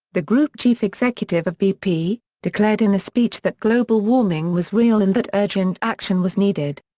the group chief executive of bp, declared in a speech that global warming was real and that urgent action was needed.